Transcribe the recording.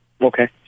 Okay